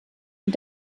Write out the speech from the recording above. und